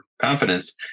confidence